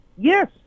Yes